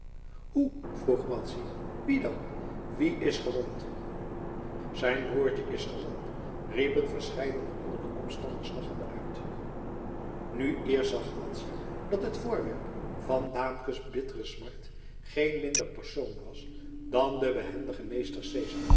hoe vroeg madzy wie dan wie is gewond zijn broertje is gewond riepen verscheidenen onder de omstanders lachende uit nu eerst zag madzy dat het voorwerp van daamke's bittere smart geen minder persoon was dan de